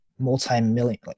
multi-million